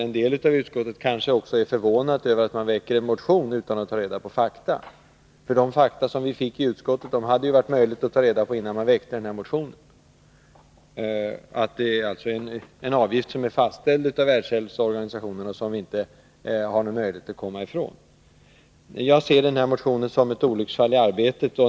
En del av utskottet är också förvånat över att man väcker en motion utan att ta reda på fakta. De upplysningar som vi fick i utskottet hade det ju varit möjligt att ta fram innan motionen väcktes. Det handlar alltså om en avgift som är fastställd av Världshälsoorganisationen och som vi inte har någon möjlighet att komma ifrån. Jag ser motionen som ett olycksfall i arbetet.